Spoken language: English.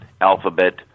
Alphabet